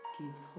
gives